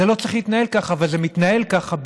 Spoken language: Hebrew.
זה לא צריך להתנהל ככה אבל זה מתנהל ככה,